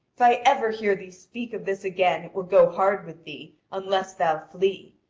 if i ever hear thee speak of this again it will go hard with thee, unless thou flee.